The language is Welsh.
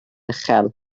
uchel